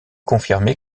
confirmé